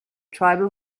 tribal